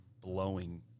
blowing